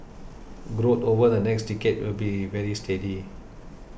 growth over the next decade will be very steady